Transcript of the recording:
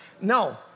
No